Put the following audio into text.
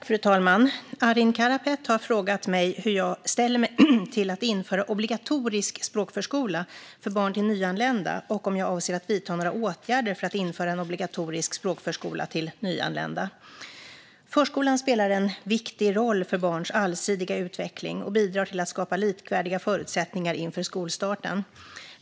Fru talman! har frågat mig hur jag ställer mig till att införa obligatorisk språkförskola för barn till nyanlända och om jag avser att vidta några åtgärder för att införa en obligatorisk språkförskola för barn till nyanlända. Förskolan spelar en viktig roll för barns allsidiga utveckling och bidrar till att skapa likvärdiga förutsättningar inför skolstarten.